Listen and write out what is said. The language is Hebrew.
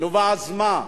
אז מה?